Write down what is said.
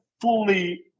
fully